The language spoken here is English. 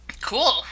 Cool